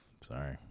Sorry